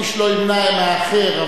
איש לא ימנע מהאחר,